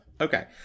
Okay